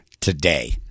today